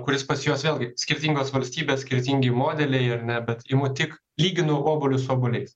kuris pas juos vėlgi skirtingos valstybės skirtingi modeliai ar ne bet imu tik lyginu obuolius su obuoliais